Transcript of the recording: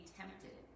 tempted